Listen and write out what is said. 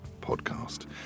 Podcast